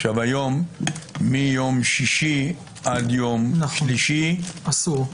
היום מיום שישי עד יום שלישי אסור.